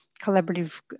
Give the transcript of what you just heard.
collaborative